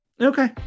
Okay